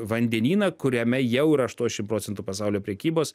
vandenyną kuriame jau yra aštuoniasdešim procentų pasaulio prekybos